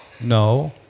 No